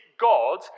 God